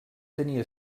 tenia